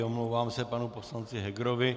Omlouvám se panu poslance Hegerovi.